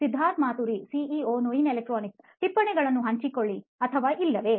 Siddharth Maturi CEO ನೋಯಿನ್ electronics ಟಿಪ್ಪಣಿಗಳನ್ನು ಹಂಚಿಕೊಳ್ಳಿ ಅಥವಾ ಇಲ್ಲೊವೋ